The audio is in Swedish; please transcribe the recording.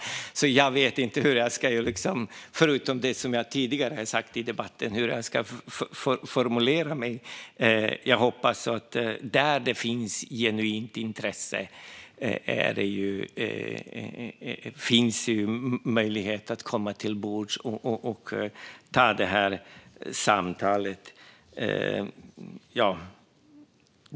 Jag vet därför inte riktigt hur jag ska formulera mig utöver det som jag tidigare har sagt i debatten. Jag hoppas att där det finns genuint intresse finns det också möjlighet att komma till bords och ta samtalet.